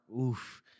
oof